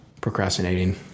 Procrastinating